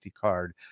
card